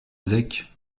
zec